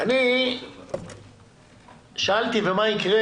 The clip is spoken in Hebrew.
אני שאלתי מה יקרה,